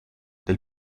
del